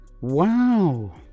Wow